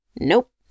Nope